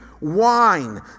wine